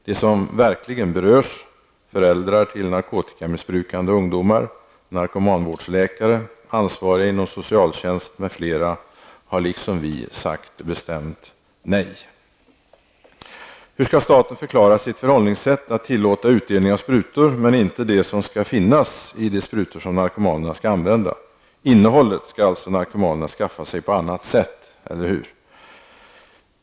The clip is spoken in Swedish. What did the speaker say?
De som verkligen berörs, föräldrar till narkotikamissbrukande ungdomar, narkomanvårdsläkare, ansvariga inom socialtjänst m.fl., har liksom vi sagt bestämt nej. Hur skall staten förklara sitt förhållningssätt att tillåta utdelning av sprutor men inte det som skall finnas i de sprutor som narkomanerna skall använda? Innehållet skall alltså narkomanerna skaffa sig på annat sätt, eller hur?